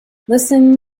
listen